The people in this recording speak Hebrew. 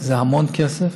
זה המון כסף.